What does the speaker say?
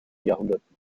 jahrhunderten